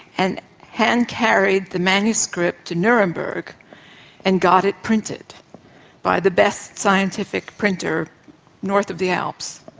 and hand-carried the manuscript to nuremburg and got it printed by the best scientific printer north of the alps.